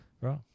right